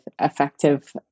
effective